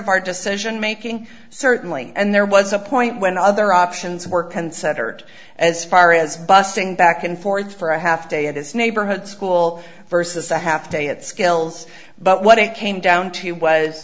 of our decision making certainly and there was a point when other options were considered as far as bussing back and forth for a half day at his neighborhood school versus a half day at skills but what it came down to was